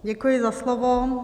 Děkuji za slovo.